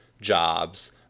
jobs